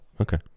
okay